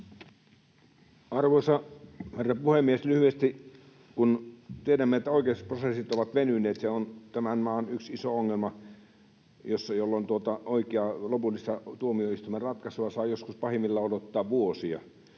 Arvoisa herra puhemies! Lyhyesti: Tiedämme, että oikeusprosessit ovat venyneet — se on tämän maan yksi iso ongelma — jolloin lopullista tuomioistuimen ratkaisua saa joskus, pahimmillaan, odottaa vuosia.